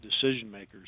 decision-makers